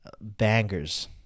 bangers